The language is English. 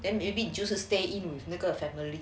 then maybe you choose to stay in with 那个 family